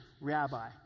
rabbi